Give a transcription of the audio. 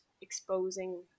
exposing